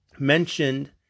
mentioned